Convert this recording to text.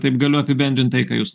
taip galiu apibendrint tai ką jūs